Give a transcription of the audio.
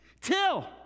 Till